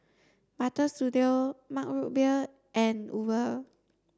Butter Studio Mug Root Beer and Uber